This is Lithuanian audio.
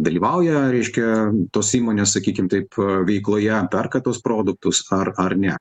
dalyvauja reiškia tos įmonės sakykim taip veikloje perka tuos produktus ar ar ne